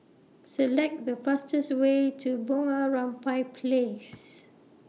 Select The fastest Way to Bunga Rampai Place